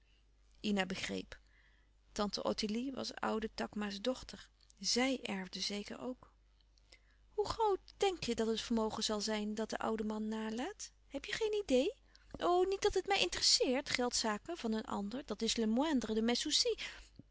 ina begreep tante ottilie was ouden takma's dochter zij erfde zeker ook hoe groot denk je dat het vermogen zal zijn dat de oude man nalaat heb je geen idee o niet dat het mij interesseert geldzaken van een ander dat is le moindre de mes